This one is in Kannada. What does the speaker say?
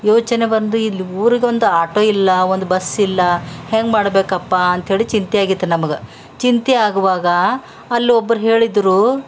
ಯೋಚನೆ ಬಂದು ಇಲ್ಲಿ ಊರಿಗೊಂದು ಆಟೋ ಇಲ್ಲ ಒಂದು ಬಸ್ ಇಲ್ಲ ಹೆಂಗೆ ಮಾಡಬೇಕಪ್ಪ ಅಂತೇಳಿ ಚಿಂತೆ ಆಗಿತ್ತು ನಮ್ಗೆ ಚಿಂತೆ ಆಗುವಾಗ ಅಲ್ಲೋಬ್ರು ಹೇಳಿದರು